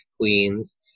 queens